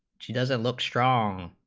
she doesn't look strong